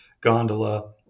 gondola